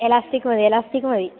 elastic മതി elastic മതി